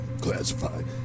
Classified